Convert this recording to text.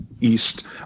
East